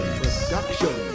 production